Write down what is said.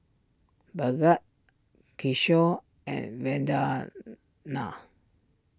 Bhagat Kishore and Vandana